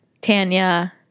Tanya